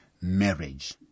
marriage